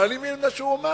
אבל אני מבין את מה שהוא אמר.